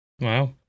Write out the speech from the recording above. Wow